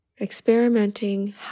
Experimenting